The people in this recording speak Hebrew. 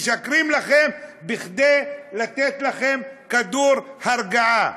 משקרים כדי לתת לכם כדור הרגעה.